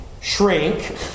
shrink